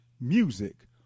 music